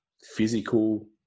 physical